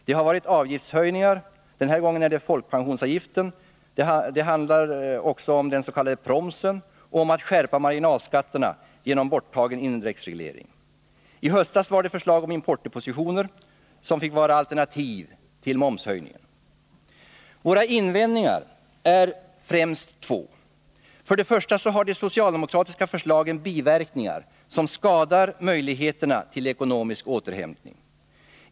Det har varit avgiftshöjningar — den här gången är det folkpensionsavgiften — det har också handlat om dens.k. promsen och om en skärpning av marginalskatterna genom borttagen indexreglering. I höstas var det förslaget om importdepositioner som fick vara alternativ till momshöjningen. Våra invändningar är främst två: Först och främst har de socialdemokratiska förslagen biverkningar som skadar möjligheterna till ekonomisk återhämtning.